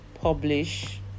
publish